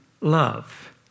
love